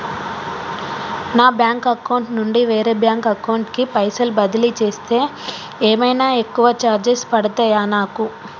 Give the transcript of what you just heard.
నా bank account నుండి వేరే బ్యాంక్ అకౌంట్ కి పైసల్ బదిలీ చేస్తే ఏమైనా ఎక్కువ చార్జెస్ పడ్తయా నాకు?